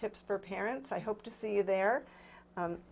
tips for parents i hope to see you there